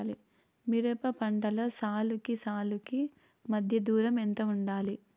మిరప పంటలో సాలుకి సాలుకీ మధ్య దూరం ఎంత వుండాలి?